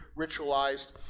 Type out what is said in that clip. ritualized